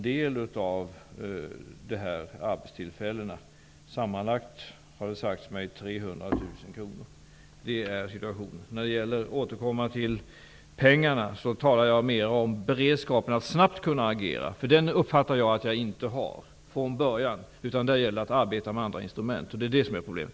Det har sagts mig att det sammanlagt handlar om 300 000 kr. Det är situationen. När det gäller att återkomma till pengarna, talar jag mer om beredskapen att snabbt kunna agera. Den beredskapen uppfattar jag att jag inte har från början, utan att det då gäller att arbeta med andra instrument. Det är problemet.